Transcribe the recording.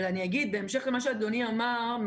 בהמשך למה שאדוני אמר,